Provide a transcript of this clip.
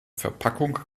verpackung